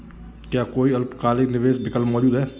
क्या कोई अल्पकालिक निवेश विकल्प मौजूद है?